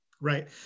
Right